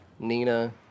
Nina